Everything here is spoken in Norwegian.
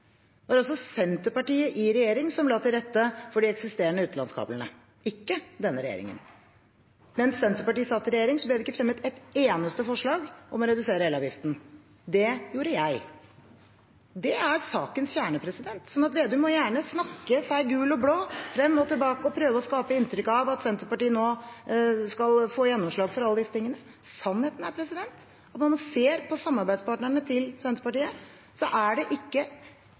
Det var jo Senterpartiet i regjering som la til rette for de eksisterende utenlandskablene – ikke denne regjeringen. Da Senterpartiet satt i regjering, ble det ikke fremmet et eneste forslag om å redusere elavgiften. Det gjorde jeg. Det er sakens kjerne, så Slagsvold Vedum må gjerne snakke seg gul og blå, frem og tilbake, og prøve å skape et inntrykk av at Senterpartiet nå skal få gjennomslag for alt dette, men sannheten er at når man ser på Senterpartiets samarbeidspartnere, er det ikke